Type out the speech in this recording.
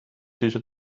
siis